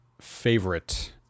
favorite